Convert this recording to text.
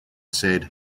said